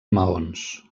maons